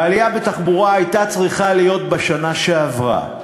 העלייה במחירי התחבורה הייתה צריכה להיות בשנה שעברה.